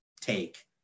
take